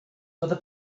where